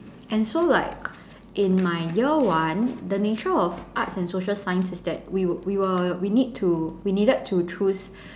and so like in my year one the nature of arts and social science is that we would we were we need to we needed to choose